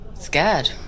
scared